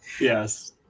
Yes